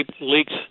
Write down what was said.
leaks